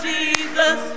Jesus